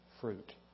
fruit